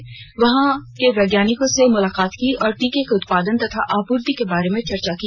उन्होंने वहां के वैज्ञानिकों से मुलाकात की और टीके के उत्पादन तथा आपूर्ति के बारे में चर्चा की